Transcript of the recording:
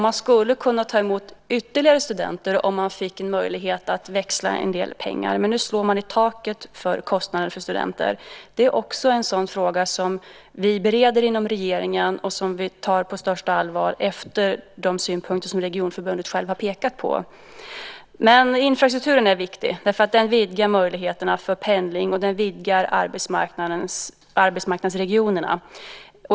Man skulle kunna ta emot ytterligare studenter om man fick möjlighet att växla en del pengar. Men nu slår man i taket när det gäller kostnaden för studenter. Det är också en sådan fråga som vi bereder inom regeringen och som vi tar på största allvar efter de synpunkter som Regionförbundet har pekat på. Infrastrukturen är viktig därför att den vidgar möjligheterna för pendling, och den vidgar arbetsmarknadsregionerna.